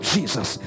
Jesus